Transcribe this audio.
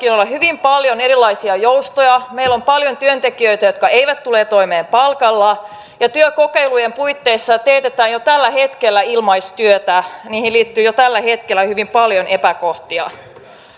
työmarkkinoilla jo hyvin paljon erilaisia joustoja meillä on paljon työntekijöitä jotka eivät tule toimeen palkallaan ja työkokeilujen puitteissa teetetään jo tällä hetkellä ilmaistyötä niihin liittyy jo tällä hetkellä hyvin paljon epäkohtia